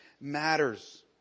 matters